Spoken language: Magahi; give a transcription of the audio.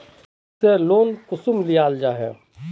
बैंक से लोन कुंसम लिया जाहा?